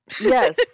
Yes